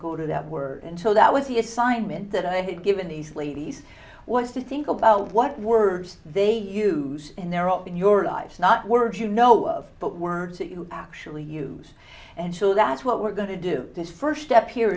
go to that word until that was the assignment that i had given these ladies was to think about what words they use and they're all in your lives not words you know of but words that you actually use and sure that's what we're going to do this first step here